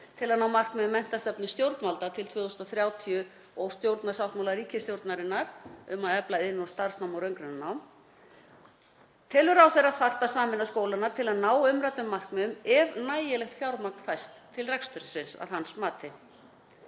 til að ná markmiðum menntastefnu stjórnvalda til 2030 og stjórnarsáttmála ríkisstjórnarinnar um að efla iðn- og starfsnám og raungreinanám. Telur ráðherra þarft að sameina skólana til að ná umræddum markmiðum ef nægilegt fjármagn fæst til rekstursins að hans mati?